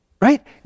Right